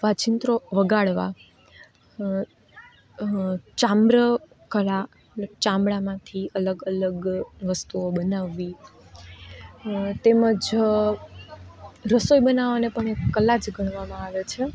વાજિંત્રો વગાડવા ચામ્રકલા મતલ ચામડામાંથી અલગ અલગ વસ્તુઓ બનાવવી તેમજ રસોઈ બનાવવાને પણ એક કલા જ ગણવામાં આવે છે